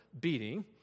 beating